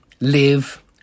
live